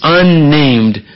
unnamed